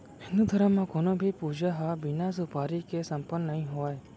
हिन्दू धरम म कोनों भी पूजा ह बिना सुपारी के सम्पन्न नइ होवय